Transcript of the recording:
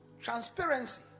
transparency